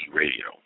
radio